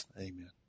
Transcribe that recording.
Amen